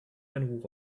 and